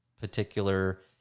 particular